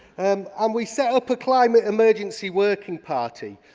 um um we set up a climate emergency working party.